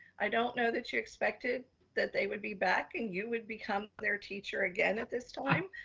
i don't know that you expected that they would be back and you would become their teacher again at this time.